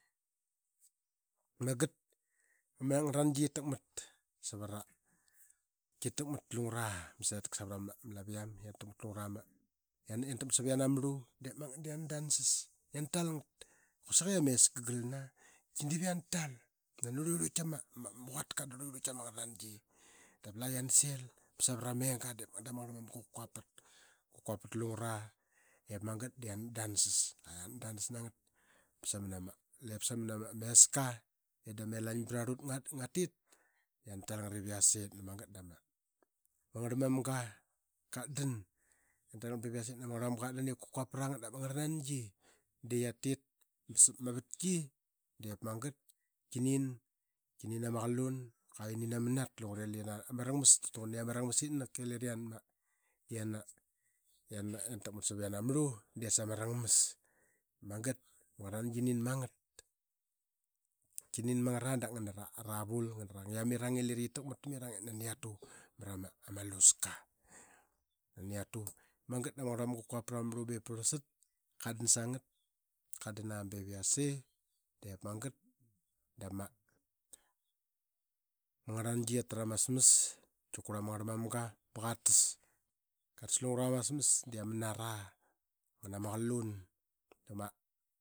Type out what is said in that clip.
De magat ama ngarl nangi qi takmat savara hingra i ama setka savat ama laviam qiana takmat sap qiana marlu. Dep magat da qiana dansas. Viana talngat kausik ama eska de ka galna. Kati dep gian talba nani rluirlut tama quatka darluirlut tama ngairl nangi dap la qian sil ba savrama enga. Diip magat dama ngarl mamga qa quapat ba a quapat lungra ip magat d aqian dansas ba qian dansas nangat ba sanama eska ii da ma elang brarlut nga tit. Qian na tal ngat ba ip yase dama ngarlmamga qa quap prangat dap ama ngarlnangi de qiatit ba savam a vatki dep magat da ai nin ki nin ama qulan, qua qi nin ama nat lungura i ra taqan i ama rangmasitnak. I lira qian takmat savqiana marlu de sama rangmas itak magat da ma ngarlangi qi magat ki nin mangra da ngan ravul ngana ra nglamirang ee lira qi takmat tamirang ip nani qiatu marama luska nani qia tu. Dap ma ngarl mama dii qa qual prama marlu ba varlsat da katdan ba yasi. Magat dama ngarnangi qialtrama asmas da aii kurl ama ngarl mamga ba qa tas. Qatas lungra ma asmas de ama nara ngana qalun da ma arlang i.